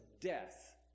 death